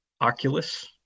Oculus